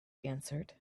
answered